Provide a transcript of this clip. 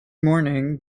morning